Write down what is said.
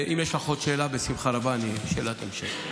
אם יש לך עוד שאלה, בשמחה רבה, שאלת המשך.